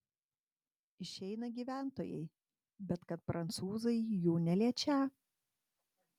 išeina gyventojai bet kad prancūzai jų neliečią